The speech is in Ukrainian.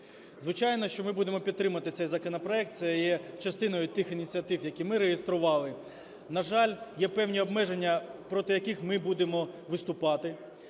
Звичайно, що ми будемо підтримувати цей законопроект, це є частиною тих ініціатив, які ми реєстрували. На жаль, є певні обмеження, проти яких ми будемо виступати.